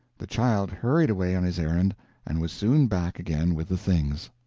the child hurried away on his errand and was soon back again with the things.